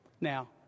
Now